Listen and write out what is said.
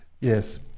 Yes